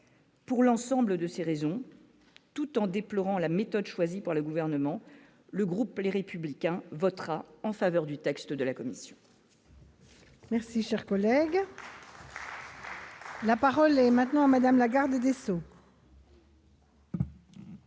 pour l'ensemble de ces raisons, tout en déplorant la méthode choisie par le gouvernement, le groupe Les Républicains votera en faveur du texte de la Commission. Merci, cher collègue. La parole est maintenant Madame la Garde des Sceaux.